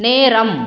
நேரம்